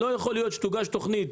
לא יכול להיות שתוגש תוכנית